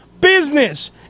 business